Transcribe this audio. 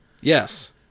Yes